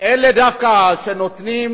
דווקא אלה שנותנים